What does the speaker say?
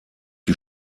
die